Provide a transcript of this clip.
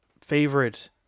favorite